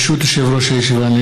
ברשות יושב-ראש הישיבה,